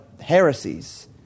heresies